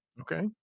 Okay